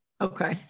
Okay